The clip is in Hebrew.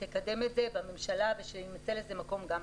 תקדם את זה בממשלה ושיימצא לזה מקום גם בכנסת.